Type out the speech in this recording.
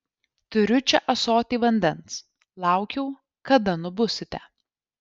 turiu čia ąsotį vandens laukiau kada nubusite